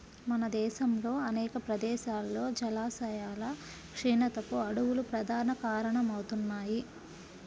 మన దేశంలో అనేక ప్రదేశాల్లో జలాశయాల క్షీణతకు అడవులు ప్రధాన కారణమవుతున్నాయి